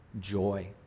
joy